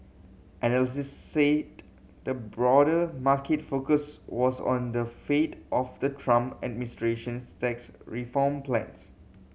analysts said the broader market focus was on the fate of the Trump administration's tax reform plans